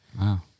Wow